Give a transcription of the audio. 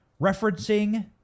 referencing